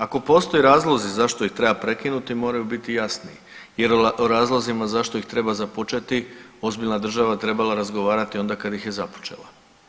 Ako postoje razlozi zašto ih treba prekinuti moraju biti jasni jer o razlozima zašto ih treba započeti ozbiljna je država trebala razgovarati onda kad ih je započela.